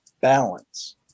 balance